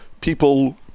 people